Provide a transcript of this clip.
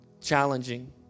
challenging